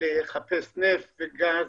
לחפש נפט וגז,